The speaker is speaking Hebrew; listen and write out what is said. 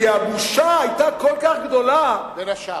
בין השאר.